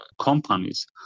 companies